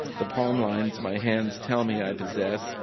the palm lines my hands tell me i possess,